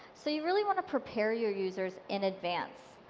so you really want to prepare your users in advance,